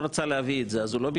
נגד?